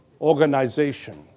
organization